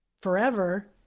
forever